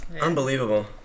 Unbelievable